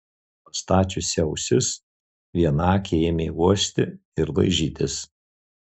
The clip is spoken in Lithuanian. pastačiusi ausis vienakė ėmė uosti ir laižytis